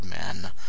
men